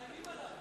מאיימים עליו.